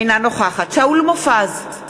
אינה נוכחת שאול מופז,